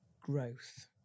growth